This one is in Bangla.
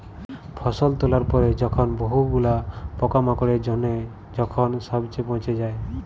ফসল তোলার পরে যখন বহু গুলা পোকামাকড়ের জনহে যখন সবচে পচে যায়